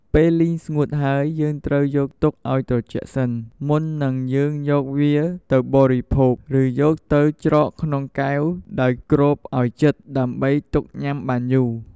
ពេលលីងស្ងួតហើយយើងត្រូវយកទុកឱ្យត្រជាក់សិន មុននឹងយើងយកវាទៅបរិភោគឬយកទៅច្រកក្នុងកែវដោយគ្របឲ្យជិតដើម្បីទុកញ៉ាំបានយូរ។